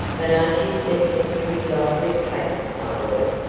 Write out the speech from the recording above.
but aren't you setting a pretty lively pace, my boy?